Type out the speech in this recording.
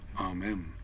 Amen